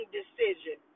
decision